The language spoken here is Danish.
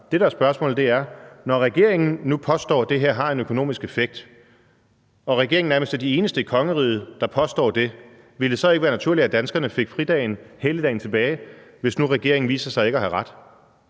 der er spørgsmålet er, om det, når regeringen nu påstår, at det her har en økonomisk effekt, og regeringen nærmest er de eneste i kongeriget, der påstår det, så ikke ville være naturligt, at danskerne fik fridagen, helligdagen, tilbage, hvis det nu viser sig, at regeringen